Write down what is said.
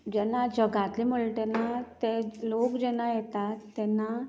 जेन्ना जगांतले म्हणले तेन्ना ते लोक जेन्ना येतात तेन्ना